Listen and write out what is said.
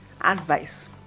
advice